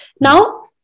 Now